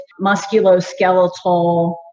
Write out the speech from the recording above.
musculoskeletal